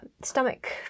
stomach